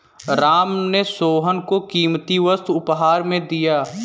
राम ने सोहन को कीमती वस्तु उपहार में दिया